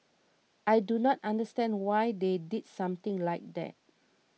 I do not understand why they did something like that